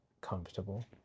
comfortable